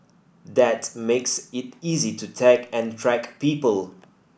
that makes it easy to tag and track people